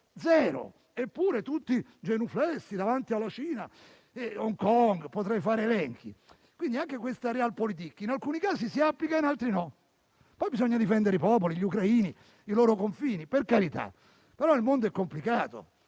Zero. Eppure, tutti sono genuflessi davanti alla Cina, Hong Kong, e potrei fare elenchi. Quindi, anche questa realpolitik in alcuni casi si applica, in altri no. Poi, bisogna difendere i popoli, gli ucraini, i loro confini, per carità, ma il mondo è complicato.